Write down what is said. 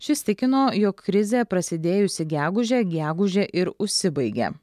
šis tikino jog krizė prasidėjusi gegužę gegužę ir užsibaigė